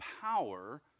power